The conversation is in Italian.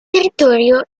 territorio